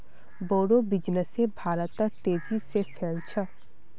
बोड़ो बिजनेस भारतत तेजी से फैल छ